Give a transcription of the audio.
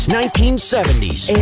1970s